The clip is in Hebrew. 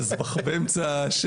אחד פער תקצוב בהתאמה של